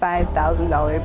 five thousand dollars